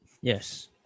Yes